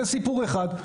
זה סיפור אחד,